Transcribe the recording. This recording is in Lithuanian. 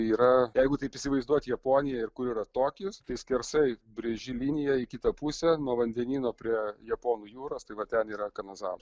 yra jeigu taip įsivaizduoti japoniją ir kur yra tokijas tai skersai brėži liniją į kitą pusę nuo vandenyno prie japonų jūros tai va ten yra kanazava